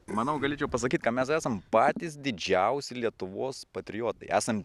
manau galėčiau pasakyt ka mes esam patys didžiausi lietuvos patriotai esam